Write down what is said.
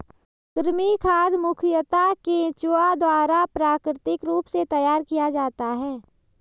कृमि खाद मुखयतः केंचुआ द्वारा प्राकृतिक रूप से तैयार किया जाता है